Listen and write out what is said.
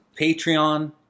Patreon